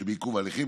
שבעיכוב ההליכים.